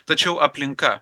tačiau aplinka